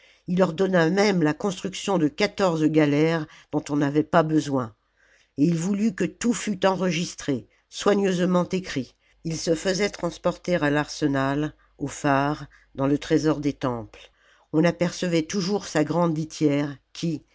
il ordonna même la construction de quatorze galères dont on n'avait pas besoin et il voulut que tout fût enregistré soigneusement écrit il se faisait transporter à l'arsenal au phare dans le trésor des temples on apercevait toujours sa grande litière qui